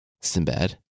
Sinbad